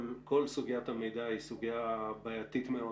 כל סוגיית המידע היא סוגיה בעייתית מאוד.